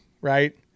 right